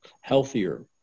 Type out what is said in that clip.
healthier